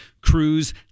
crews